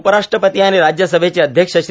उपराष्ट्रपती आणि राज्यसभेचे अध्यक्ष श्री